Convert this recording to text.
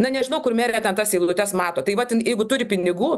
na nežinau kur merė ten tas eilutes mato tai vat jin jeigu turi pinigų